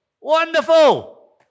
Wonderful